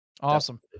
Awesome